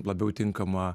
labiau tinkamą